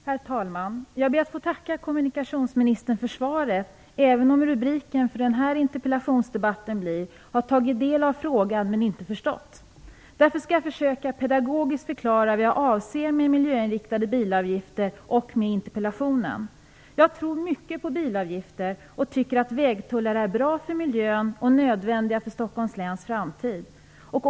Herr talman! Jag ber att få tacka kommunikationsministern för svaret, även om rubriken för den här interpellationsdebatten blir: Har tagit del av frågan, men inte förstått. Därför skall jag försöka att pedagogiskt förklara vad jag avser med miljöinriktade bilavgifter och med interpellationen. Jag tror mycket på bilavgifter och tycker att vägtullar är bra för miljön och nödvändiga för Stockholms läns framtid.